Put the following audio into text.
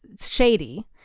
shady